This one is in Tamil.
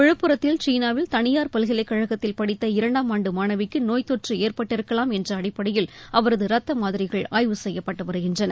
விழுப்புரத்தில் சீனாவில் தனியார் பல்கலைக்கழகத்தில் படித்த இரண்டாம் ஆண்டு மாணவிக்கு நோய் தொற்று ஏற்பட்டிருக்கலாம் என்ற அடிப்படையில் அவரது ரத்த மாதிரிகள் ஆய்வு செய்யப்பட்டு வருகின்றன